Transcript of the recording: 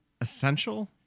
Essential